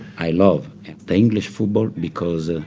i love the english football because